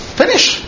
finish